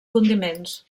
condiments